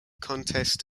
contest